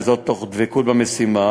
וזאת תוך דבקות במשימה,